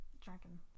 dragon